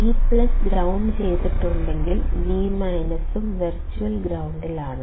V ground ചെയ്തിട്ടുണ്ടെങ്കിൽ V ഉം virtual ഗ്രൌണ്ടിലാണ്